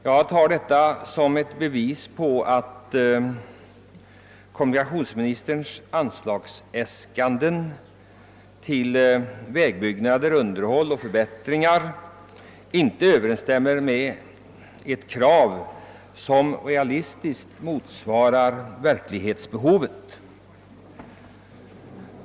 Jag uppfattar detta som ett bevis på att kommunikationsministerns äskanden om anslag till vägbyggnader, underhåll och förbättringar inte överensstämmer med en realistisk bedömning av det verkliga behovet.